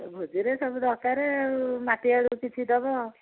ଭୋଜିରେ ସବୁ ଦରକାର ଆଉ ମାଟି ଆଳୁ କିଛି ଦବ